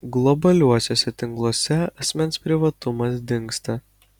globaliuosiuose tinkluose asmens privatumas dingsta